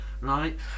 right